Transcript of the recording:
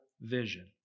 vision